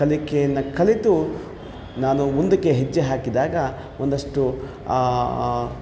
ಕಲಿಕೆಯನ್ನು ಕಲಿತು ನಾನು ಮುಂದಕ್ಕೆ ಹೆಜ್ಜೆ ಹಾಕಿದಾಗ ಒಂದಷ್ಟು